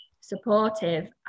supportive